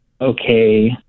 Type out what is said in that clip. okay